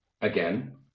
again